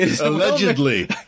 Allegedly